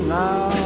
now